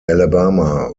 alabama